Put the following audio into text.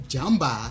Jamba